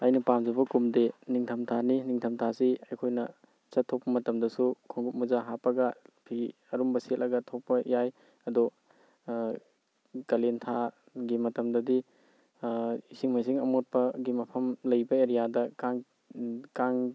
ꯑꯩꯅ ꯄꯥꯝꯖꯕ ꯀꯨꯝꯗꯤ ꯅꯤꯡꯊꯝꯊꯥꯅꯤ ꯅꯤꯡꯊꯝꯊꯥꯁꯤ ꯑꯩꯈꯣꯏꯅ ꯆꯠꯊꯣꯛꯄ ꯃꯇꯝꯗꯁꯨ ꯈꯣꯡꯎꯞ ꯃꯣꯖꯥ ꯍꯥꯞꯄꯒ ꯐꯤ ꯑꯔꯨꯝꯕ ꯁꯦꯠꯂꯒ ꯊꯣꯛꯄ ꯌꯥꯏ ꯑꯗꯣ ꯀꯥꯂꯦꯟ ꯊꯥꯒꯤ ꯃꯇꯝꯗꯗꯤ ꯏꯁꯤꯡ ꯃꯥꯏꯁꯤꯡ ꯑꯃꯣꯠꯄꯒꯤ ꯃꯐꯝ ꯂꯩꯕ ꯑꯦꯔꯤꯌꯥꯗ ꯀꯥꯡ